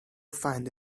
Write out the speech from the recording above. find